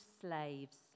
slaves